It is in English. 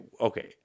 Okay